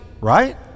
right